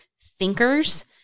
thinkers